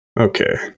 Okay